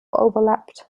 overlapped